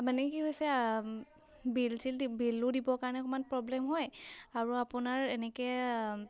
মানে কি হৈছে বিল চিল দি বিলো দিবৰ কাৰণে অকণমান প্ৰব্লেম হয় আৰু আপোনাৰ এনেকৈ